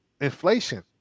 inflation